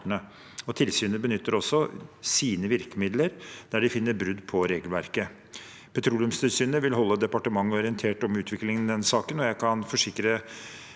Tilsynet benytter også sine virkemidler der de finner brudd på regelverket. Petroleumstilsynet vil holde departementet orientert om utviklingen i denne saken, og jeg kan forsikre